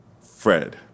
Fred